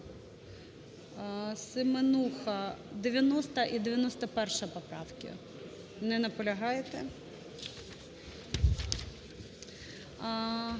Семенуха. 90-а і 91-а поправки. Не наполягаєте.